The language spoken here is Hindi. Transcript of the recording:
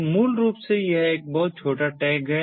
तो मूल रूप से यह एक बहुत छोटा टैग है